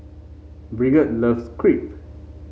Brigitte loves Crepe